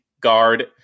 guard